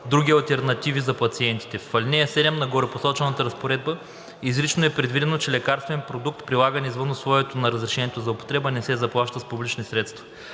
други алтернативи за пациентите. В ал. 7 на горепосочената разпоредба изрично е предвидено, че лекарствен продукт, прилаган извън условието на разрешението за употреба, не се заплаща с публични средства.